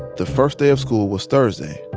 the first day of school was thursday,